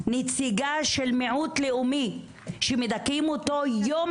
נציגה של מיעוט לאומי שמדכאים אותו יום